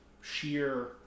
sheer